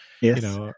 Yes